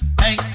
hey